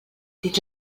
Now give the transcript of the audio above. dins